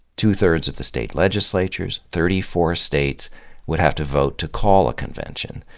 two thirds of the state legislatures, thirty four states would have to vote to call a convention,